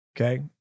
okay